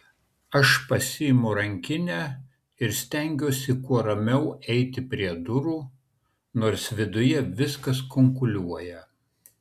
aš pasiimu rankinę ir stengiuosi kuo ramiau eiti prie durų nors viduje viskas kunkuliuoja